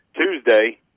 Tuesday